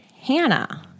Hannah